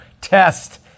test